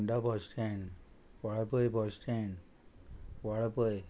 Ponda bus stand Valpoi bus stand Valpoi